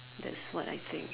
that's what I think